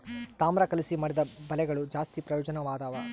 ತಾಮ್ರ ಕಲಿಸಿ ಮಾಡಿದ ಬಲೆಗಳು ಜಾಸ್ತಿ ಪ್ರಯೋಜನದವ